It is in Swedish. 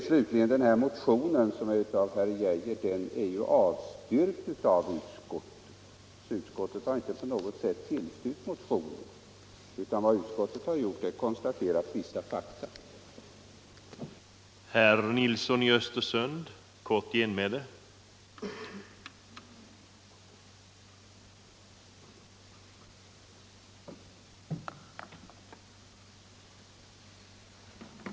Slutligen vill jag säga att motionen av herr Arne Geijer är avstyrkt av utskottet. Utskottet har inte tillstyrkt motionen utan endast konstaterat vissa fakta i anslutning till motionen.